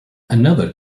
another